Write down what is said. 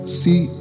see